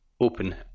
open